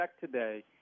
today